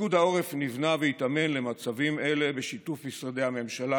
פיקוד העורף נבנה והתאמן למצבים אלה בשיתוף משרדי הממשלה,